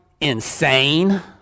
insane